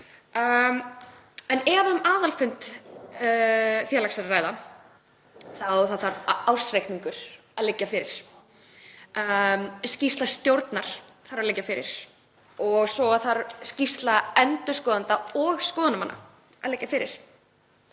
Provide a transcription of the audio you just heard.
Ef um aðalfund félags er að ræða þarf ársreikningur að liggja fyrir, skýrsla stjórnar þarf að liggja fyrir og svo þarf skýrsla endurskoðenda og skoðunarmanna að liggja fyrir.